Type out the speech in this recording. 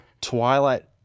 Twilight